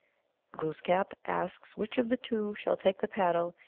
glooskap asks which of the two shall take the paddle,